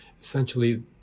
Essentially